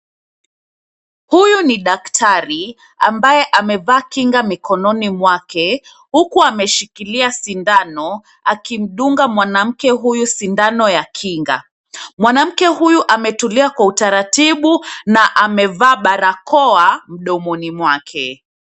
Huyu ni daktari ambaye amevaa kinga mkononi mwake, huku ameshikilia sindano akimdunga mwanamke huyu sindano ya kinga. Mwanamke huyu ametulia kwa utaratibu, na amevaa barakoa mdomoni mwake.